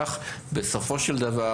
בסופו של דבר,